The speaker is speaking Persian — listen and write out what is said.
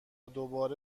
دوباره